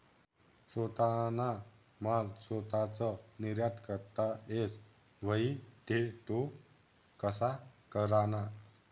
सोताना माल सोताच निर्यात करता येस व्हई ते तो कशा कराना?